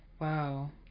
Wow